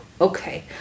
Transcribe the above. okay